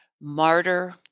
martyr